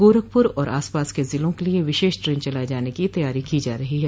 गोरखपुर और आस पास के ज़िलों के लिए विशेष ट्रेन चलाए जाने की तैयारी की जा रही है